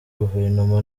guverinoma